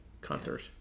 concert